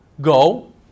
go